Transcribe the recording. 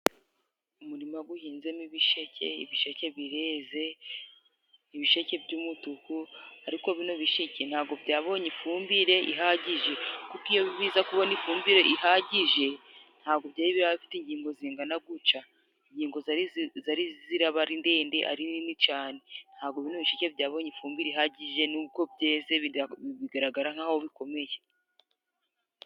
Umurima guhinzemo ibisheke. Ibisheke bireze, ibisheke by'umutuku. Ariko bino bisheke ntabwo byabonye ifumbire ihagije kuko iyo biza kubona ifumbire ihagije ntabwo byari biraba bifite ingingo zingana gutya. Ingingo zari ziraba ari ndende ari nini cyane. Ntabwo bino bisheke byabonye ifumbire ihagije nubwo byeze, bigaragara nk'aho bikomeye.